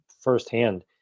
firsthand